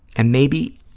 and maybe,